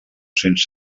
cents